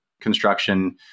construction